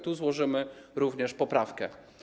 Tu złożymy również poprawkę.